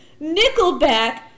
Nickelback